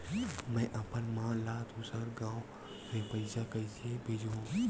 में अपन मा ला दुसर गांव से पईसा कइसे भेजहु?